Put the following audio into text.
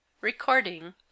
Recording